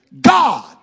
God